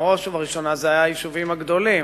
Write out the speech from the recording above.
בראש ובראשונה ביישובים הגדולים.